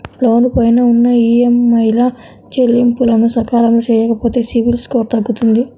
లోను పైన ఉన్న ఈఎంఐల చెల్లింపులను సకాలంలో చెయ్యకపోతే సిబిల్ స్కోరు తగ్గుతుంది